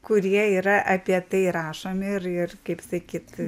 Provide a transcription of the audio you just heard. kurie yra apie tai rašomi ir ir kaip sakyt